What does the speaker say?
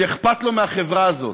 שאכפת לו מהחברה הזאת,